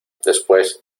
después